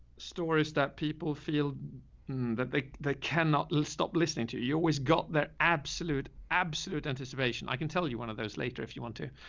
stories that people feel that they they cannot stop listening to you. you always got that absolute absolute anticipation. i can tell you one of those later if you want to,